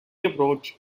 approach